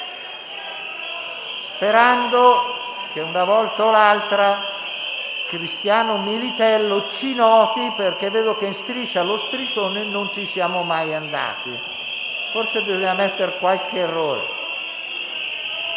sperando che una volta o l'altra Cristiano Militello ci noti, perché vedo che a "Striscia lo striscione" non ci siamo mai andati. Forse si doveva mettere qualche errore.